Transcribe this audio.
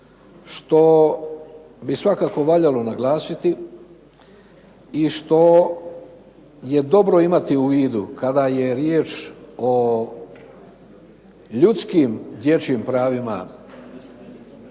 što bi svakako valjalo naglasiti i što je dobro imati u vidu kada je riječ o ljudskim dječjim pravima,